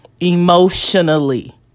emotionally